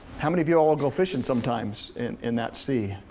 how many of y'all go fishing sometimes in in that sea?